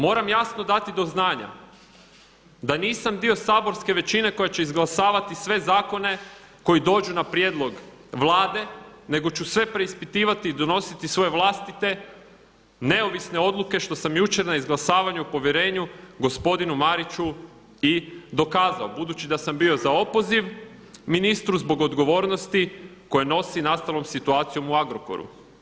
Moram jasno dati do znanja da nisam dio saborske većine koja će izglasavati sve zakone koji dođu na prijedlog Vlade nego ću sve preispitivati i donositi iz svoje vlastite, neovisne odluke što sam jučer na izglasavanju o povjerenju gospodinu Mariću i dokazao, budući da sam bio za opoziv ministru zbog odgovornosti koja nosi nastalom situacijom u Agrokoru.